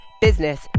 business